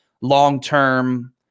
long-term